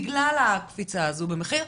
בגלל הקפיצה הזאת במחיר.